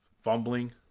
Fumbling